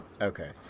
okay